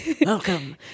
welcome